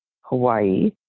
Hawaii